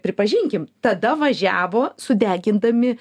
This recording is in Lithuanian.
pripažinkim tada važiavo sudegindami